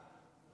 אני הגנתי עליו,